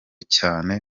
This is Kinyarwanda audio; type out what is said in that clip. cyane